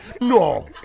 No